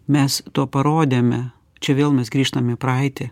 mes tuo parodėme čia vėl mes grįžtam į praeitį